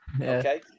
okay